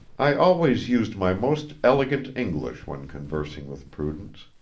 i always used my most elegant english when conversing with prudence.